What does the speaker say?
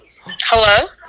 Hello